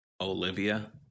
Olivia